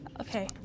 Okay